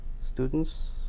students